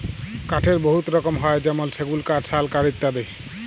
কাঠের বহুত রকম হ্যয় যেমল সেগুল কাঠ, শাল কাঠ ইত্যাদি